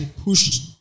pushed